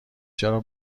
چرا